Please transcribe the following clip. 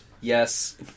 Yes